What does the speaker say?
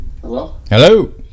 hello